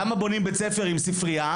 למה בונים בית-ספר עם ספריה,